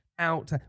out